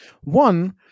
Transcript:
One